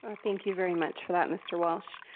ah thank you very much for that mr. walsh.